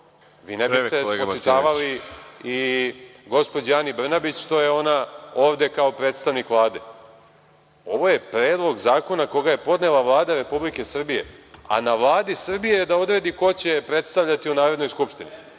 vi ne biste spočitavali i gospođi Ani Brnabić što je ona ovde kao predstavnik Vlade. Ovo je predlog zakona koga je podnela Vlada Republike Srbije, a na Vladi Srbije je da odredi ko će je predstavljati u Narodnoj skupštini.